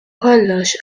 kollox